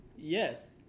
Yes